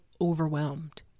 overwhelmed